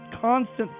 constant